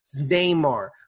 Neymar